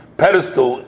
pedestal